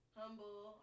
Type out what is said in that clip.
humble